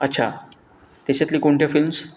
अच्छा त्याच्यातले कोणत्या फिल्म्स